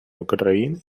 україни